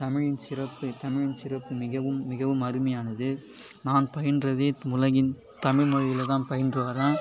தமிழின் சிறப்பு தமிழின் சிறப்பு மிகவும் மிகவும் அருமையானது நான் பயின்றது உலகின் தமிழ் மொழியில் தான் பயின்று வரேன்